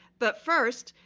but first,